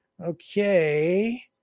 Okay